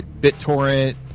BitTorrent